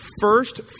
first